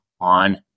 on